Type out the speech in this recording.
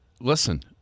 Listen